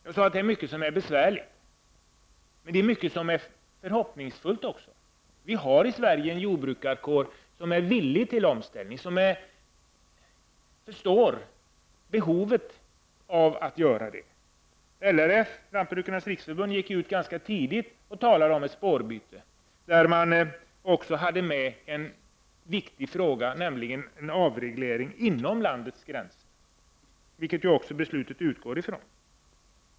Jag sade att det är mycket som är besvärligt, men det är också mycket som är förhoppningsfullt. Vi har i Sverige en jordbrukarkår som är villig till omställning och som förstår behovet härav. Lantbrukarnas riksförbund gick ganska tidigt ut och talade om ett spårbyte. Man hade då med även den viktiga frågan om en avreglering inom landets gränser, något som ju beslutet också utgår ifrån.